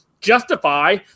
justify